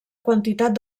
quantitat